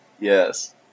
Yes